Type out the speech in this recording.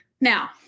Now